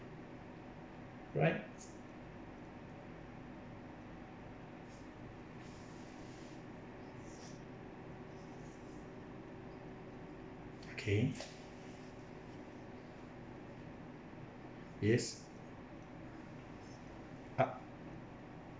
right okay yes ah